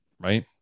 Right